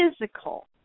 physical